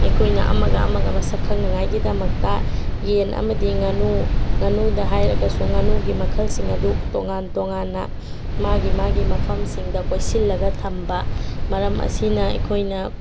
ꯑꯩꯈꯣꯏꯅ ꯑꯃꯒ ꯑꯃꯒ ꯃꯁꯛ ꯈꯪꯅꯉꯥꯏꯒꯤꯗꯃꯛꯇ ꯌꯦꯟ ꯑꯃꯗꯤ ꯉꯥꯅꯨ ꯉꯥꯅꯨꯗ ꯍꯥꯏꯔꯒꯁꯨ ꯉꯥꯅꯨꯒꯤ ꯃꯈꯜꯁꯤꯡ ꯑꯗꯨ ꯇꯣꯉꯥꯟ ꯇꯣꯉꯥꯟꯅ ꯃꯥꯒꯤ ꯃꯥꯒꯤ ꯃꯐꯝꯁꯤꯡꯗ ꯀꯣꯏꯁꯤꯜꯂꯒ ꯊꯝꯕ ꯃꯔꯝ ꯑꯁꯤꯅ ꯑꯩꯈꯣꯏꯅ